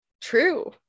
True